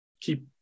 keep